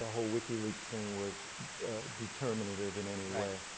ah whole wikileaks thing was determinative in any way.